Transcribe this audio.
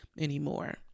anymore